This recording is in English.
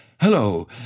Hello